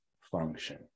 function